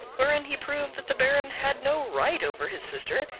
wherein he proved that the baron had no right over his sister,